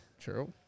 True